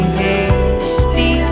hasty